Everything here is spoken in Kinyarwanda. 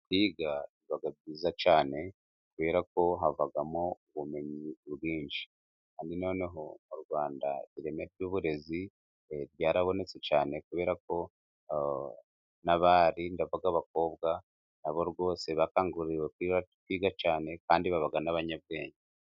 Kwiga biba byiza cyane, kubera ko havamo ubumenyi bwinshi. Noneho mu Rwanda ireme ry'uburezi ryarabonetse cyane, kubera ko n'abari ndavuga abakobwa, na bo rwose bakanguriwe kwiga cyane, kandi baba n'abanyabwenge.